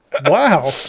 Wow